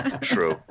true